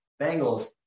Bengals